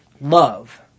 love